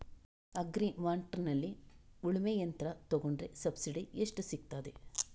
Agri ಮಾರ್ಟ್ನಲ್ಲಿ ಉಳ್ಮೆ ಯಂತ್ರ ತೆಕೊಂಡ್ರೆ ಸಬ್ಸಿಡಿ ಎಷ್ಟು ಸಿಕ್ತಾದೆ?